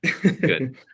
Good